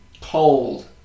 cold